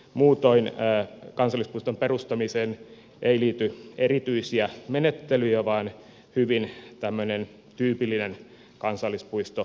muutoin kansallispuiston perustamiseen ei liity erityisiä menettelyjä vaan tämä on hyvin tämmöinen tyypillinen kansallispuistoesitys